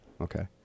Okay